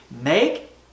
Make